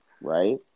right